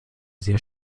sehr